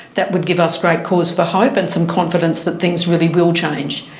that would give us great cause for hope and some confidence that things really will change.